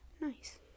Nice